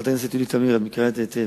חברת הכנסת יולי תמיר, את מכירה את זה היטב.